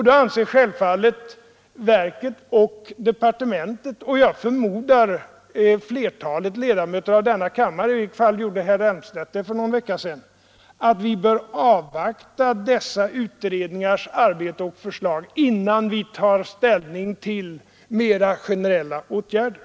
Då anser självfallet verket och departementet och jag förmodar flertalet ledamöter av kammaren — i varje fall gjorde herr Elmstedt det för några veckor sedan — att vi bör avvakta dessa utredningars arbete och förslag innan vi tar ställning till mera generella åtgärder.